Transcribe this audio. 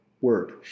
word